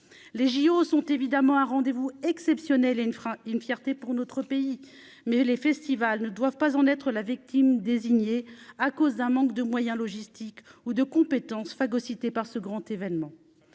les JO sont évidemment un rendez-vous exceptionnel et une phrase, une fierté pour notre pays, mais les festivals ne doivent pas en être la victime désignée à cause d'un manque de moyens logistiques ou de compétence phagocyté par ce grand événement,